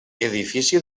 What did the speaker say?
edifici